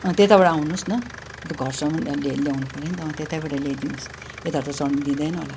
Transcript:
अँ त्यताबाट आउनुहोस् न घरसम्म ल्या ल्याउनु पऱ्यो नि त अँ त्यतैबाट ल्याइदिनोस् यताबट त चढ्नु दिँदैन होला